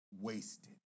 wasted